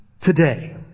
today